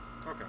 Okay